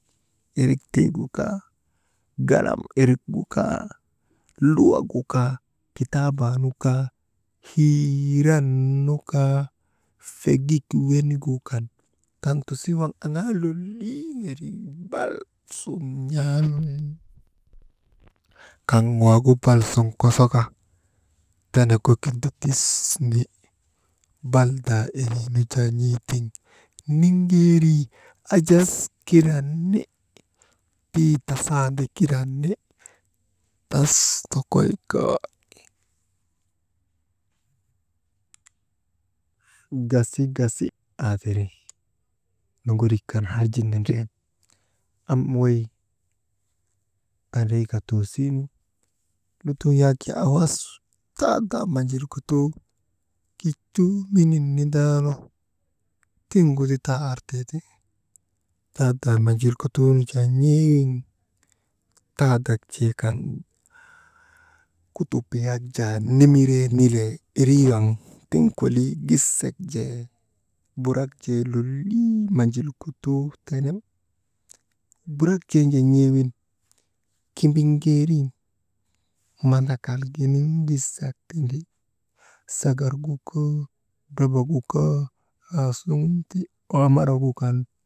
Erik tiigu kaa galam irigu kaa luwagu kaa kitaabaa nu kaa, hiiran nu kaa fegik wenigu kantusii waŋ aŋaa lolii wi, lal sun n̰aamee, kaŋ waagu balsun kosoka, tenegu kindidisni, baldaa iriinu jaa n̰ee tiŋ niŋgeerii ajas kiranni, tii tasandi, kirani tas nokoy kaa, gasi, gasi, aa tiri noŋorik kan harji nindriyan am wey andriika toosii nu lutoo yak jaa awas taa daa manjilkutuu kijtuu menin nindaanu, tiŋgu ti taa artee ti, taadaa manjilkutuu nu jaa n̰ee wiŋ taadak jee kan kutup yak jaa nimiree nilee irii waŋ tiŋ kolii gisek jee burak jee lolii manjilkutuu tene, burak jeen jaa n̰ee wiŋ kimbiŋgeerin, mandakal giniŋ gisak tindi, sagargu kaa drabagu kaa aasuŋun aa amaragu kan.